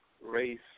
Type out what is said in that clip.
race